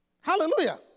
Hallelujah